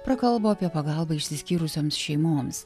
prakalbo apie pagalbą išsiskyrusioms šeimoms